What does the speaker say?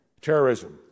terrorism